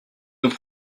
nous